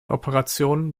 operationen